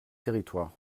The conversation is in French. territoires